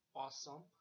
awesome